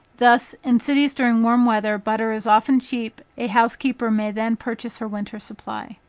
thus in cities during warm weather butter is often cheap, a house-keeper may then purchase her winter supply.